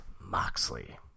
Moxley